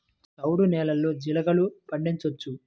చవుడు నేలలో జీలగలు పండించవచ్చా?